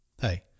Hey